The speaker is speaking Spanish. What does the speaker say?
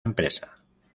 empresa